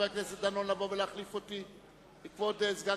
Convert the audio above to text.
אדוני היושב-ראש,